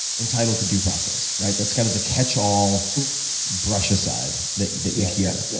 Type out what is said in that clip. entitled to due process, right? that's kind of the catchall brush aside that that you hear. yeah